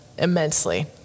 immensely